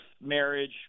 marriage